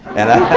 and i